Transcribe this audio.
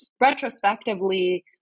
retrospectively